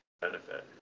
benefit